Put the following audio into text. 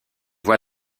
voit